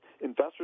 investors